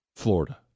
Florida